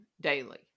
daily